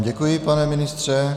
Děkuji vám, pane ministře.